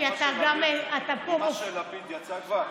אימא של לפיד יצאה כבר?